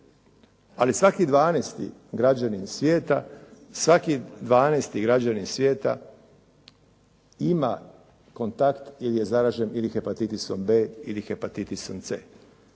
Ali svaki 12 građanin svijeta ima kontakt ili je zaražen ili hepatitisom B ili hepatitisom C.